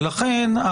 ולכן,